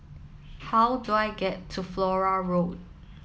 how do I get to Flora Road